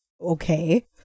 Okay